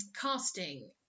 casting